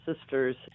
Sisters